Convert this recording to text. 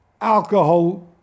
alcohol